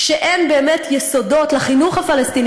כשאין באמת יסודות לחינוך הפלסטיני,